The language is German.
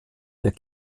der